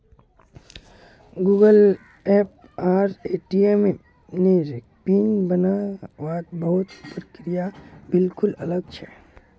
Google Pay आर ATM नेर pin बन वात बहुत प्रक्रिया बिल्कुल अलग छे